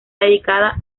dedicada